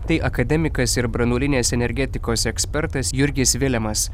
tai akademikas ir branduolinės energetikos ekspertas jurgis vilemas